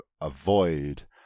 avoid